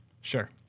Sure